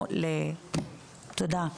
תודה.